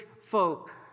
folk